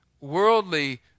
worldly